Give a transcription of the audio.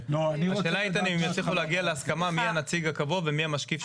השאלה איתן אם הם יצליחו להגיע להסכמה מי הנציג הקבוע ומי המשקיף.